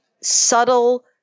subtle